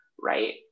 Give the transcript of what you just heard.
right